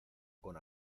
con